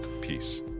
peace